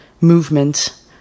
movement